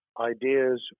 ideas